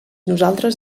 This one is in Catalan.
nosaltres